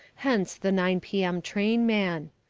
hence the nine p m train man.